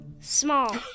small